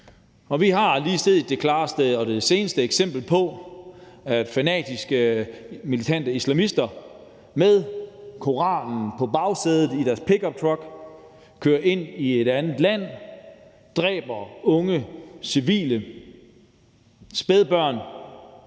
Vi har lige set det klareste og seneste eksempel på, at fanatiske militante islamister med Koranen på bagsædet i deres pickuptruck kører ind i et andet land og dræber civile unge, spædbørn